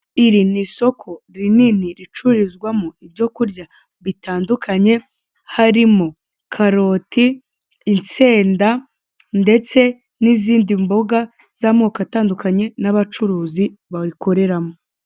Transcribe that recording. Iri ni isoko rinini ricururizwamo ibyo kurya bitandukanye, harimo karoti, insenda ndetse n'izindi mboga z'amoko atandukanye n'abacuruzi barikoreramo.